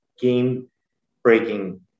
game-breaking